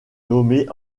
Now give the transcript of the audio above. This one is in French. nommée